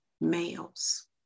males